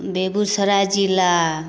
बेगूसराय जिला